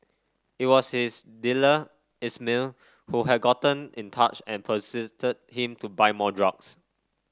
it was his dealer Ismail who had gotten in touch and pestered him to buy more drugs